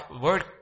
word